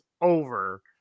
over